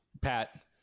Pat